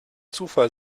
zufall